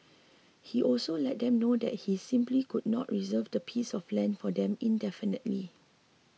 he also let them know that he simply could not reserve that piece of land for them indefinitely